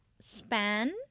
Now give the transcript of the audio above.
span